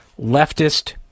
Leftist